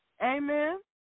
Amen